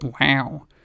Wow